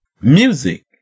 Music